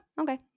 okay